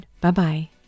Bye-bye